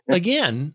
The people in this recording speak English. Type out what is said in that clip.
again